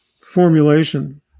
Formulation